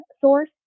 source